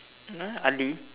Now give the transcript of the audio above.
!huh! Ali